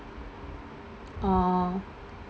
oh